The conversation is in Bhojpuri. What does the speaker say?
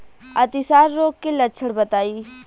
अतिसार रोग के लक्षण बताई?